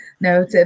no